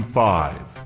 five